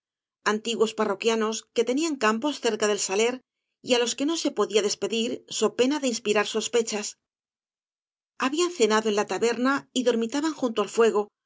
antiguos parroquianos que tunian campos cerca del saler y á loa que no se podía des pedir so pena de inspirar sospechas habían cenado en la taberna y dormitaban junto al fuego